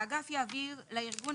תיקון סעיף 14 2. (2) (ב) (3) האגף יעביר לארגון